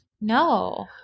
No